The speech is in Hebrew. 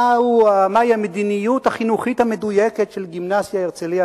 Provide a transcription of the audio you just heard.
מהי המדיניות החינוכית המדויקת של גימנסיה "הרצליה",